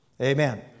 Amen